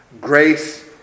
Grace